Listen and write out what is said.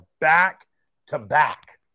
back-to-back